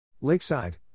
Lakeside